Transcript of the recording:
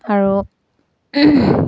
আৰু